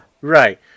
right